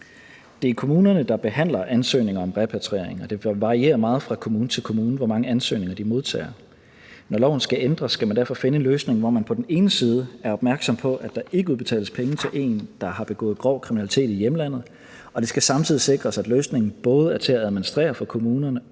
Det er kommunerne, der behandler ansøgninger om repatriering, og det varierer meget fra kommune til kommune, hvor mange ansøgninger de modtager. Når loven skal ændres, skal man derfor finde en løsning, hvor man på den ene side er opmærksom på, at der ikke udbetales penge til en, der har begået grov kriminalitet i hjemlandet, og på den anden side både sikrer, at løsningen er til at administrere for kommunerne,